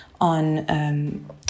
on